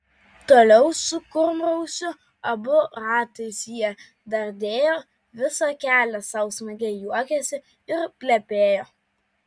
toliau su kurmrausiu abu ratais jie dardėjo visą kelią sau smagiai juokėsi ir plepėjo